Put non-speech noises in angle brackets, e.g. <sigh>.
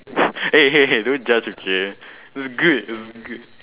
<laughs> hey hey hey don't judge okay <breath> it's good it's good <breath>